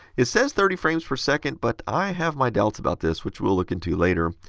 it says thirty frames per second, but i have my doubts about this, which we'll look into later.